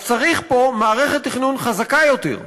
אז צריך פה מערכת תכנון חזקה יותר,